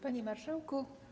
Panie Marszałku!